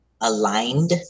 aligned